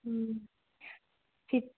ꯎꯝ